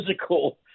physical